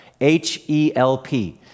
H-E-L-P